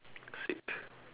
sick